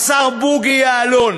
השר בוגי יעלון,